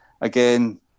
Again